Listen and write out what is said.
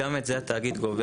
גם את זה התאגיד גובה.